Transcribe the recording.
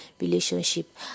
relationship